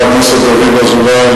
חבר הכנסת זחאלקה,